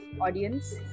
audience